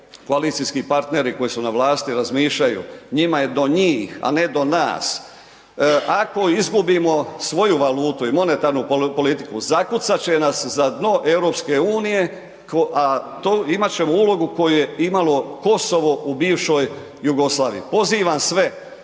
koalicijski partneri koji su na vlasti razmišljaju, njima je do njih a ne do nas. Ako izgubimo svoju valutu i monetarnu politiku zakucati će nas za dno EU a to, imati ćemo ulogu koju je imalo Kosovo u bivšoj Jugoslaviji. Pozivam sve